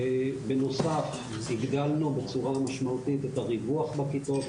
בנוסף, הגדלנו בצורה משמעותית את הריווח בכיתות.